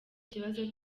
ikibazo